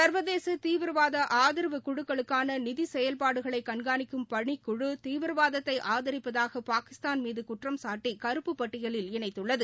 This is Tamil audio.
ச்வதேச தீவிரவாத ஆதரவு குழுக்களுக்கான நிதி செயல்பாடுகளை கண்காணிக்கும் பணிக் குழு தீவிரவாதத்தை ஆதரிப்பதாக பாகிஸ்தான்மீது குற்றம்சாட்டி கருப்பு பட்டியலில் இணைத்துள்ளது